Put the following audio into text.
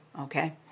okay